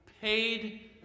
paid